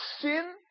Sin